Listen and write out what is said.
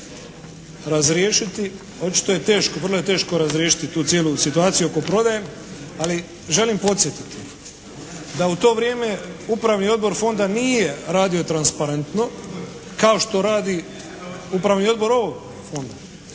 razriješiti. Očito je teško, vrlo je teško razriješiti tu cijelu situaciju oko prodaje, ali želim podsjetiti da u to vrijeme upravni odbor fonda nije radio transparentno kao što radi upravni odbor ovog fonda.